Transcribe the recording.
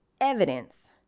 evidence